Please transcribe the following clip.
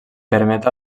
permet